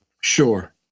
sure